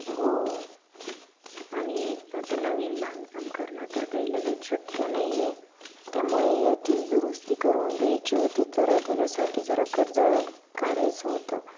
हो आणि आता नवीन बांधकाम करणं तर काही लगेच शक्य नाहीये त्यामुळे याची दुरुस्ती करून घ्यायची होती तर त्याच्यासाठी जरा कर्ज काढायचं होतं